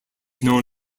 known